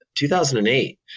2008